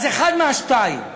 אז אחת מהשתיים: